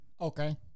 Okay